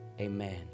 amen